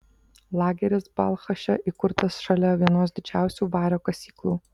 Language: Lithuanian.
lageris balchaše įkurtas šalia vienos didžiausių vario kasyklų